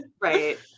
right